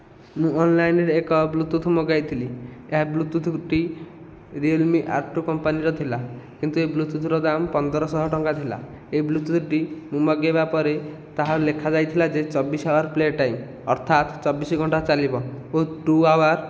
ମୁଁ ଅନଲାଇନରେ ଏକ ବ୍ଲୁଟୁଥ ମଗାଇଥିଲି ଏହି ବ୍ଲୁଟୁଥଟି ରିଅଲମି ଆର୍ଟୁ କମ୍ପାନୀ ର ଥିଲା କିନ୍ତୁ ଏ ବ୍ଲୁଟୁଥର ଦାମ ପନ୍ଦର ଶହ ଟଙ୍କା ଥିଲା ଏହି ବ୍ଲୁଟୁଥଟି ମୁଁ ମଗେଇବାପରେ ତାହା ଲେଖା ଯାଇଥିଲା ଯେ ଚବିଶି ଆୱାର ପ୍ଲେ ଟାଇମ ଅର୍ଥାତ ଚବିଶି ଘଣ୍ଟା ଚାଲିବ ମୁ ଟୁ ଆୱାର